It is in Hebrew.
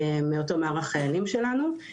מאותו מערך חיילים שלנו.